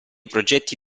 progetti